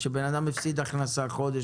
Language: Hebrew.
שאדם הפסיד הכנסה חודש,